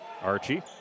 Archie